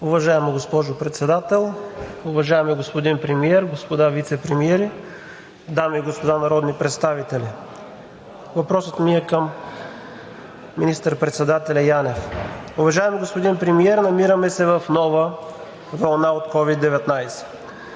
Уважаема госпожо Председател, уважаеми господин Премиер, господа вицепремиери, дами и господа народни представители! Въпросът ми е към министър-председателя Янев. Уважаеми господин Премиер, намираме се в нова вълна от COVID-19.